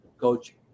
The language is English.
coach